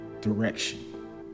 direction